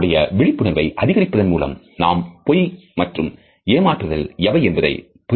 நம்முடைய விழிப்புணர்வை அதிகரிப்பதன் மூலம் நாம் பொய் மற்றும் ஏமாற்றுதல் எவை என்பதை புரிந்து கொள்ளலாம்